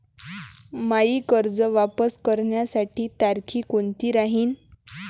मायी कर्ज वापस करण्याची तारखी कोनती राहीन?